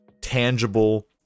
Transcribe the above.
tangible